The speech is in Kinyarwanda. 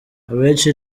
abenshi